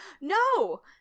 No